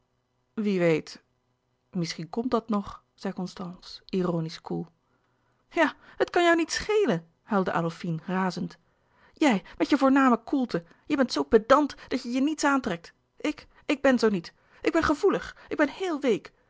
wie weet misschien komt dat nog zei constance ironisch koel ja het kan jou niet schelen huilde adolfine razend jij met je voorname koelte jij bent zoo pedant dat je je niets aantrekt ik ik ben zoo niet ik ben gevoelig ik ben heel week